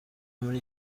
muri